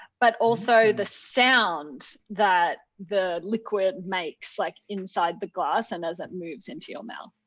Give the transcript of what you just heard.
but also the sound that the liquid makes like inside the glass and as it moves into your mouth.